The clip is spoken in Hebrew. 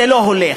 זה לא הולך.